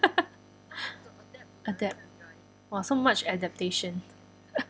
adapt !wah! so much adaptation